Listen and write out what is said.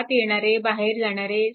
आत येणारे बाहेर जाणारे